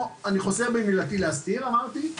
אני חוזר בי ממילתי להסתיר כמו שאמרתי,